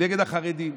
נגד החרדים.